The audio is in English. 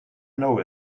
know